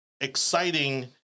exciting